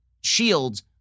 shields